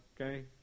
okay